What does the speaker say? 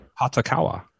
Hatakawa